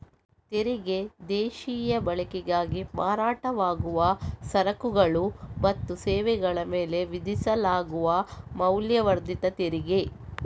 ತೆರಿಗೆ ದೇಶೀಯ ಬಳಕೆಗಾಗಿ ಮಾರಾಟವಾಗುವ ಸರಕುಗಳು ಮತ್ತು ಸೇವೆಗಳ ಮೇಲೆ ವಿಧಿಸಲಾಗುವ ಮೌಲ್ಯವರ್ಧಿತ ತೆರಿಗೆ